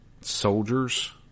soldiers